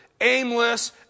aimless